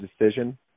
decision